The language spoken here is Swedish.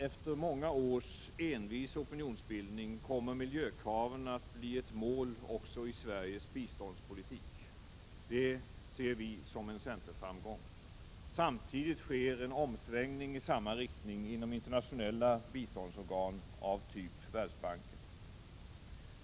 Efter många års envis opinionsbildning kommer miljökraven att bli ett mål också i Sveriges biståndspolitik. Det ser vi som en centerframgång. Samtidigt sker en omsvängning i samma riktning inom internationella biståndsorgan av typ Världsbanken.